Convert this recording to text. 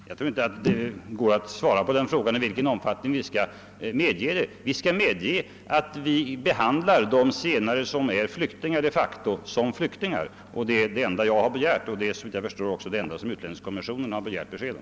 Herr talman! Jag tror inte att det går att svara på frågan om i vilken omfattning vi skall låta zigenargrupper komma till vårt land. Vi skall behandla de zigenare som de facto är flyktingar som flyktingar. Det är det enda jag begär och såvitt jag förstår också det enda som utlänningskommissionen har begärt besked om.